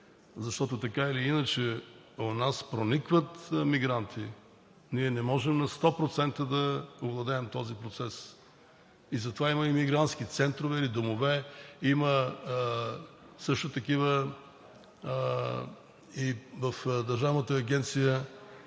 защото, така или иначе, у нас проникват мигранти. Ние не можем на 100% да овладеем този процес и затова има мигрантски центрове и домове, такива също има и в Държавната агенция